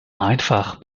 einfach